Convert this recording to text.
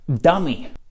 dummy